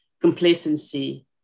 complacency